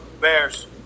Bears